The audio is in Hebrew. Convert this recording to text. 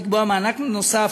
לקבוע מענק מיוחד נוסף,